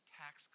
tax